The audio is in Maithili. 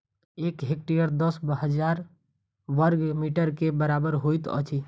एक हेक्टेयर दस हजार बर्ग मीटर के बराबर होइत अछि